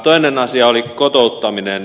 toinen asia oli kotouttaminen